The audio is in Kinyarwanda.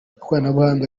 ikoranabuhanga